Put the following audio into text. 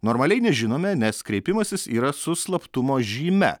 normaliai nežinome nes kreipimasis yra su slaptumo žyme